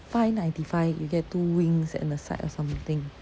five ninety five you get two wings and a side or something